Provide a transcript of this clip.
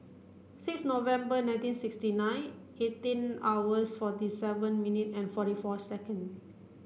six November nineteen sixty nine eighteen hours forty seven minute and forty four second